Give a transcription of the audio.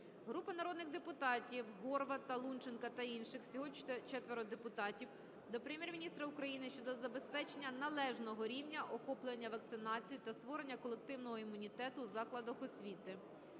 Групи народних депутатів (Горвата, Лунченка та інших. Всього 4 депутатів) до Прем'єр-міністра України щодо забезпечення належного рівня охоплення вакцинацією та створення колективного імунітету у закладах освіти.